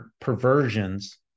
perversions